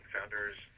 Founders